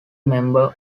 member